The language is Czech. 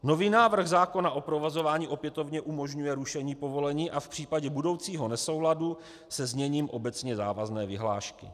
Nový návrh zákona o provozování opětovně umožňuje rušení povolení a v případě budoucího nesouladu se zněním obecně závazné vyhlášky.